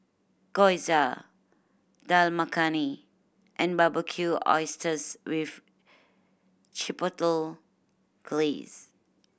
Gyoza Dal Makhani and Barbecued Oysters with Chipotle Glaze